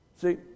See